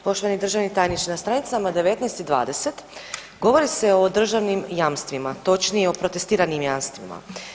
Poštovani državni tajniče, na stranicama 19. i 20. govori se o državnim jamstvima, točnije o protestiranim jamstvima.